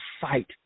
fight